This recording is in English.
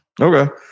okay